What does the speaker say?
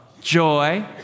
joy